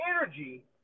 energy